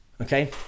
okay